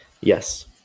Yes